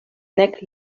nek